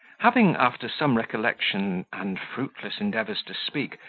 having, after some recollection, and fruitless endeavours to speak,